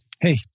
hey